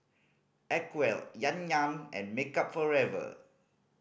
Acwell Yan Yan and Makeup Forever